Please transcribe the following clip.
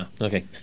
Okay